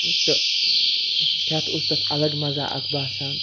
تہٕ کھیٚتھ اوس تَتھ اَلگ مَزٕ اکھ باسان